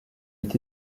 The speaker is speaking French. est